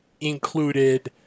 included